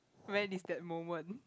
when is that moment